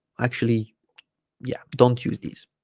actually yeah don't use these